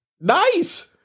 Nice